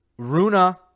Runa